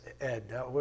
Ed